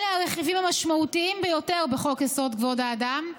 אלה הרכיבים המשמעותיים ביותר בחוק-יסוד: כבוד האדם,